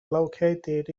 located